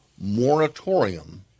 moratorium